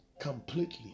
completely